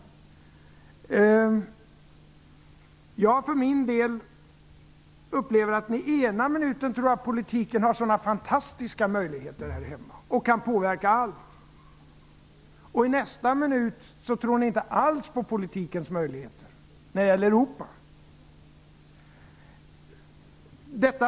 Jag för min del upplever att ni ena minuten tror att politiken har sådana fantastiska möjligheter här hemma och kan påverka allt. I nästa minut tror ni inte alls på politikens möjligheter, när det gäller Europa.